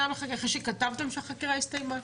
אדם לחקירה אחרי שכתבתם שהחקירה הסתיימה?